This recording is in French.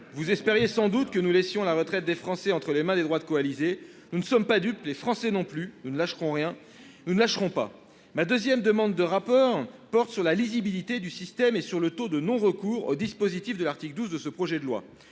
Vous espériez sans doute que nous laisserions la retraite des Français entre les mains des droites coalisées. Nous ne sommes pas dupes, les Français non plus : nous ne lâcherons rien, nous ne les lâcherons pas. Ma deuxième demande de rapport porte sur la lisibilité du système et sur le taux de non-recours au dispositif prévu à l'article 12 de ce projet de loi.